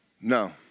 No